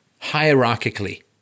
hierarchically